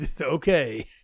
okay